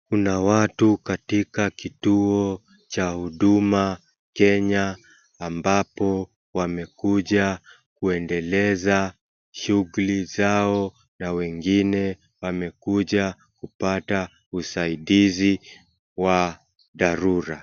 Kuna watu katika kituo cha huduma kenya ambapo wamekuja kuendeleza shughuli zao na wengine wamekuja kupata usaidizi wa dharura.